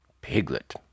Piglet